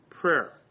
prayer